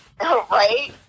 Right